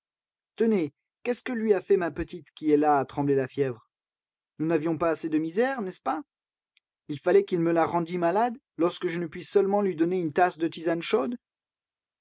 tenez qu'est-ce que lui a fait ma petite qui est là à trembler la fièvre nous n'avions pas assez de misère n'est-ce pas il fallait qu'il me la rendît malade lorsque je ne puis seulement lui donner une tasse de tisane chaude